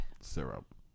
Syrup